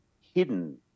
hidden